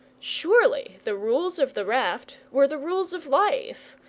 surely, the rules of the raft were the rules of life,